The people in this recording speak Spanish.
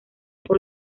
por